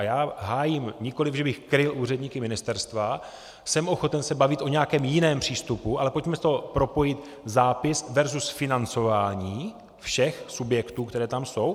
Já hájím, nikoliv že bych kryl úředníky ministerstva, jsem ochoten se bavit o nějakém jiném přístupu, ale pojďme to propojit zápis versus financování všech subjektů, které tam jsou.